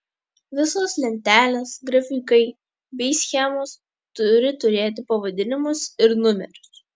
visos lentelės grafikai bei schemos turi turėti pavadinimus ir numerius